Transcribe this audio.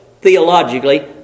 theologically